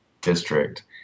district